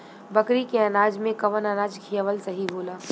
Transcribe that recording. बकरी के अनाज में कवन अनाज खियावल सही होला?